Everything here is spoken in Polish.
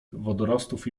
wodorostów